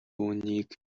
үүнийг